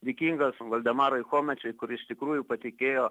dėkingas valdemarui chomičiui kur iš tikrųjų patikėjo